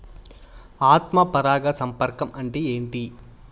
ఆత్మ పరాగ సంపర్కం అంటే ఏంటి?